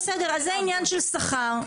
אז זה עניין של שכר.